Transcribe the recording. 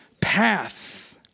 path